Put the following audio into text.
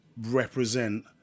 represent